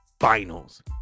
finals